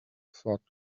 thought